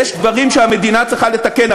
יש דברים שהמדינה צריכה לתקן,